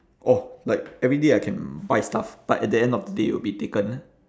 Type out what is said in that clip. orh like every day I can buy stuff but at the end of the day it will be taken